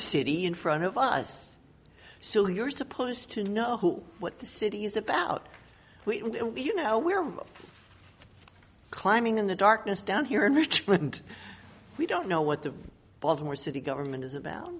city in front of us so you're supposed to know who what the city is about we you know we're climbing in the darkness down here in richmond we don't know what the baltimore city government is ab